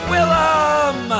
Willem